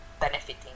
benefiting